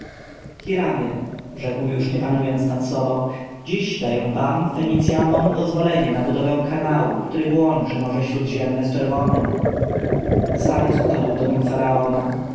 fenicjanom hiramie rzekł już nie panując nad sobą dziś daję wam fenicjanom pozwolenie na budowę kanału który połączy morze śródziemne z czerwonem starzec upadł do nóg faraona